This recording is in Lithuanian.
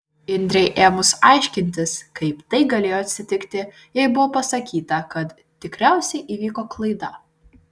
indrei ėmus aiškintis kaip tai galėjo atsitikti jai buvo pasakyta kad tikriausiai įvyko klaida